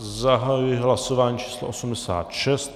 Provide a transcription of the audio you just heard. Zahajuji hlasování číslo 86.